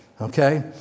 okay